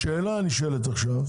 השאלה הנשאלת עכשיו,